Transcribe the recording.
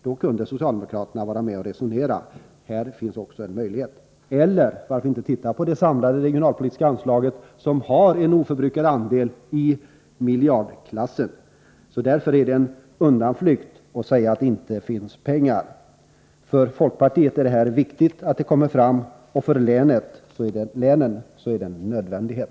Då kunde socialdemokraterna vara med och resonera. Här finns också en möjlighet. Om bara viljan finns! Eller varför inte titta på det samlade regionalpolitiska anslaget, som har en oförbrukad andel i miljardklassen? Därför är det en undanflykt att säga att det inte finns pengar. För folkpartiet är det viktigt att det kommer fram pengar och för länen är det en nödvändighet.